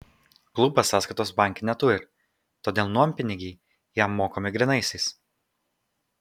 klubas sąskaitos banke neturi todėl nuompinigiai jai mokami grynaisiais